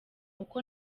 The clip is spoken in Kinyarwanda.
uko